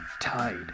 tied